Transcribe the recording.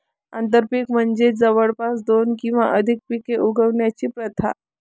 आंतरपीक म्हणजे जवळपास दोन किंवा अधिक पिके उगवण्याची प्रथा